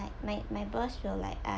like my my boss will like ah